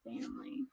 family